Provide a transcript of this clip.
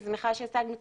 אז בכלל עד שהשגנו תקצוב,